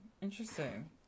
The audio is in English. Interesting